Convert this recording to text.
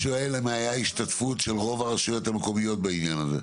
אני שואל האם הייתה השתתפות של רוב הרשויות המקומיות בעניין הזה?